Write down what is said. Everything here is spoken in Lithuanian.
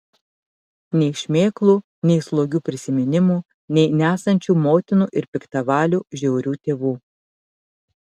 nei šmėklų nei slogių prisiminimų nei nesančių motinų ir piktavalių žiaurių tėvų